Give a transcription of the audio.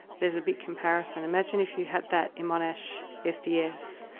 is a big comparison. imagine if you had that in monash sds,